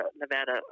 Nevada